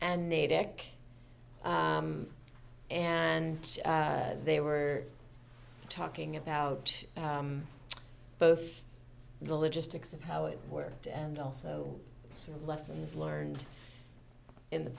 and natick and they were talking about both the logistics of how it worked and also sort of lessons learned in the